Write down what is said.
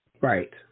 Right